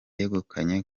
yegukanye